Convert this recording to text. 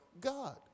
God